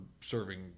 serving